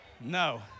no